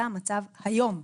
זה המצב היום.